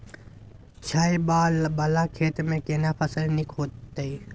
छै ॉंव वाला खेत में केना फसल नीक होयत?